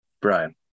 Brian